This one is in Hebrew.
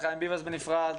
חיים ביבס בנפרד,